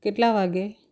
કેટલા વાગ્યે